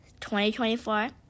2024